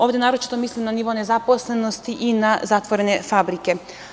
Ovde naročito mislim na nivo nezaposlenosti i na zatvorene fabrike.